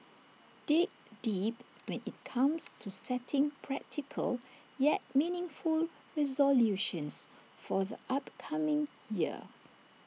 dig deep when IT comes to setting practical yet meaningful resolutions for the upcoming year